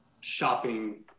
shopping